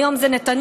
היום זה נתניהו,